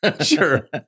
Sure